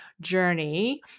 journey